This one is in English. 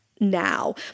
now